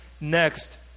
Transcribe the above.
next